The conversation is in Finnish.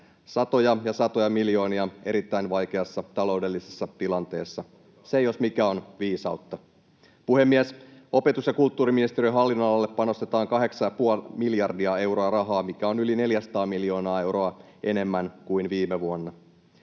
satoja ja satoja miljoonia erittäin vaikeassa taloudellisessa tilanteessa. Se, jos mikä, on viisautta. Puhemies! Opetus- ja kulttuuriministeriön hallinnonalalle panostetaan kahdeksan ja puoli miljardia euroa rahaa, mikä on yli 400 miljoonaa euroa enemmän kuin viime vuonna.